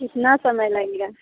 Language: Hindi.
कितना समय लगेगा